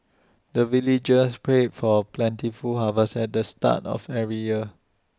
the villagers pray for plentiful harvest at the start of every year